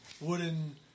wooden